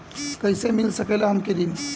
कइसे मिल सकेला हमके ऋण?